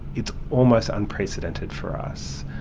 it's almost unprecedented for us,